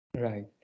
Right